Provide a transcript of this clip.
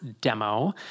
demo